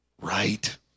right